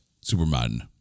Superman